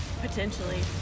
potentially